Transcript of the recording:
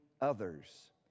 others